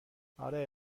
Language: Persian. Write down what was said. آره